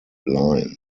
line